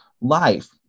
life